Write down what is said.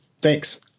thanks